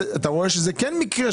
זה הגיוני וברור לכולם.